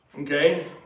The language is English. Okay